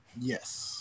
Yes